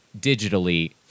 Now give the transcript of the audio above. digitally